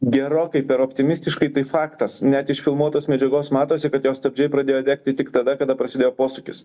gerokai per optimistiškai tai faktas net iš filmuotos medžiagos matosi kad jo stabdžiai pradėjo degti tik tada kada prasidėjo posūkis